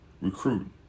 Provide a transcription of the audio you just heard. Recruiting